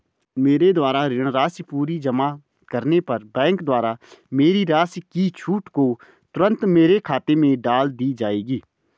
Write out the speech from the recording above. मेरे द्वारा ऋण राशि पूरी जमा करने पर बैंक द्वारा मेरी राशि की छूट को तुरन्त मेरे खाते में डाल दी जायेगी?